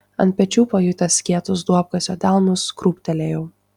ant pečių pajutęs kietus duobkasio delnus krūptelėjau